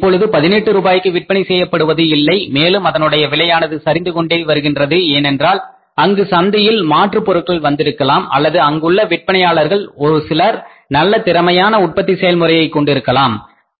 இப்பொழுது 18 ரூபாய்க்கு விற்பனை செய்யப்படுவது இல்லை மேலும் அதனுடைய விலையானது சரிந்து கொண்டே வருகின்றது ஏனென்றால் அங்கு சந்தையில் மாற்றுப் பொருட்கள் வந்திருக்கலாம் அல்லது அங்குள்ள விற்பனையாளர்கள் ஒரு சிலர் நல்ல திறமையான உற்பத்தி செயல்முறையை கொண்டிருக்கலாம்